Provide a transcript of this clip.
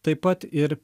taip pat ir